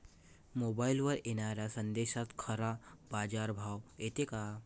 मोबाईलवर येनाऱ्या संदेशात खरा बाजारभाव येते का?